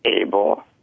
able